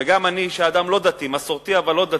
וגם אני, שאני אדם לא דתי מסורתי אבל לא דתי,